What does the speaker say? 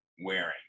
wearing